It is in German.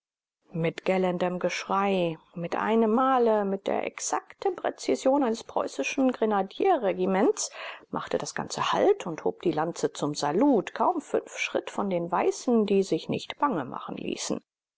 mit gellendem geschrei mit einem male mit der exakten präzision eines preußischen grenadierregiments machte das ganze halt und hob die lanzen zum salut kaum fünf schritt vor den weißen die sich nicht bange machen ließen